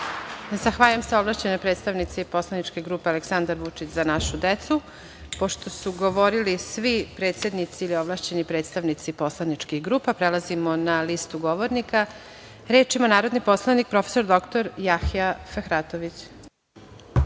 Zahvaljujem se ovlašćenoj predstavnici poslaničke grupe „Aleksandar Vučić – Za našu decu“.Pošto su govorili svi predsednici ili ovlašćeni predstavnici poslaničkih grupa, prelazimo na listu govornika. Reč ima narodni poslanik prof. dr Jahja Fehratović.